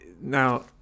now